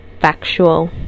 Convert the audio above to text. factual